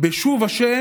"בשוב ה'